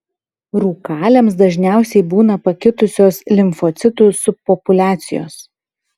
rūkaliams dažniausiai būna pakitusios limfocitų subpopuliacijos